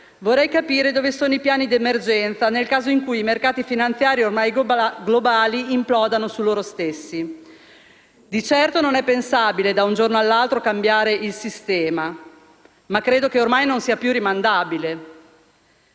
vorrei capire dove sono i piani d'emergenza nel caso in cui i mercati finanziari ormai globali imploderanno su loro stessi. Di certo non è pensabile da un giorno all'altro cambiare il sistema, ma credo che ormai non sia più rimandabile.